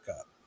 up